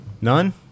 None